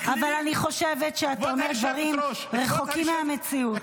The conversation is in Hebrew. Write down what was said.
אבל אני חושבת שאתה אומר דברים רחוקים מהמציאות,